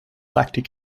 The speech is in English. lactic